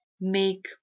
make